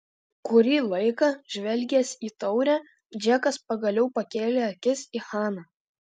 kurį laiką žvelgęs į taurę džekas pagaliau pakėlė akis į haną